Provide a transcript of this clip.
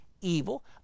evil